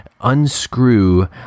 unscrew